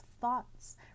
thoughts